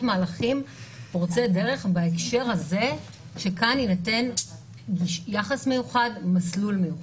מהלכים פורצי דרך שייתנו יחס מיוחד ומסלול מיוחד.